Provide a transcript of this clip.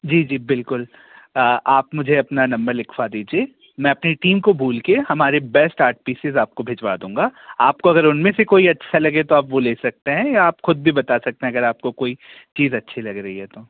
जी जी बिल्कुल आप मुझे अपना नंबर लिखवा दीजिए मैं अपने टीम को बोल के हमारे बेस्ट आर्टिस्ट आपको भिजवा दूँगा आपको अगर उन में से कोई अच्छा लगे तो आप वो ले सकते हैं आप ख़ुद भी बता सकते हैं अगर आपको कोई चीज़ अच्छी लग रही है तो